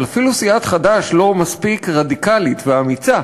אבל אפילו סיעת חד"ש לא מספיק רדיקלית ואמיצה